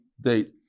date